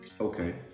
Okay